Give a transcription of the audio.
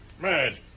Mad